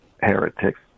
Heretics